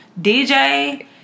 DJ